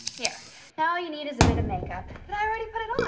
hear now all you need is a bit of makeup i already put it on.